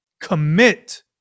commit